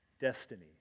destiny